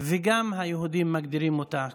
וגם היהודים מגדירים אותה ככה.